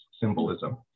symbolism